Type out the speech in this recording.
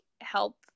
help